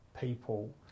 people